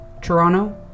Toronto